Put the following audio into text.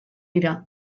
dira